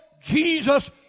Jesus